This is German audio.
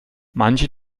manche